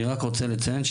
אני רק רוצה לציין,